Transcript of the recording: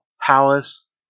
Palace